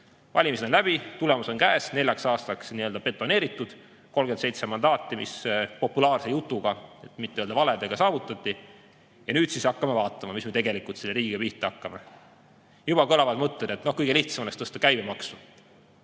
Valimised on läbi, tulemus on käes, neljaks aastaks betoneeritud – 37 mandaati, mis populaarse jutuga, et mitte öelda valedega, saavutati. Ja nüüd siis hakkame vaatama, mis me tegelikult selle riigiga pihta hakkame. Juba kõlavad mõtted, et kõige lihtsam oleks tõsta käibemaksu.